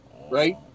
Right